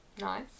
Nice